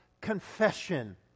confession